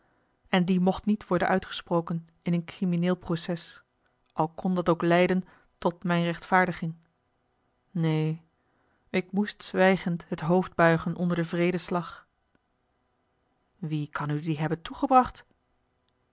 en die mocht niet worden uitgesproken in een crimineel proces al kon dat ook leiden tot mijne rechtvaardiging neen ik moest zwijgend het hoofd buigen onder den wreeden slag wie kan u dien hebben toegebracht